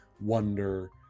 wonder